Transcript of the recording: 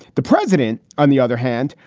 the president, on the other hand,